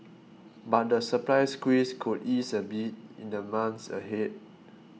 but the supply squeeze could ease a bit in the months ahead